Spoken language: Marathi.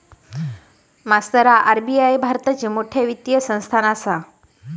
मास्तरा आर.बी.आई भारताची मोठ वित्तीय संस्थान आसा